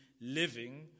living